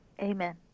Amen